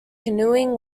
canoeing